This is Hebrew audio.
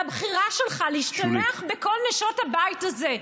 והבחירה שלך להשתלח בכל נשות הבית הזה,